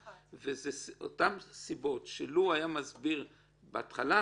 ואלה אותן סיבות שלוּ הוא היה מסביר בהתחלה,